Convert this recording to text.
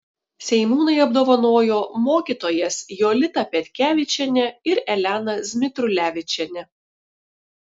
seimūnai apdovanojo mokytojas jolitą petkevičienę ir eleną zmitrulevičienę